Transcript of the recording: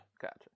Gotcha